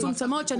מצומצמות.